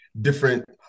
different